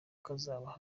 kazaba